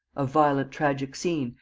a violent tragic scene,